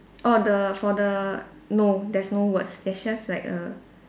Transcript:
orh the for the no there's no words it's just like a